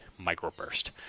microburst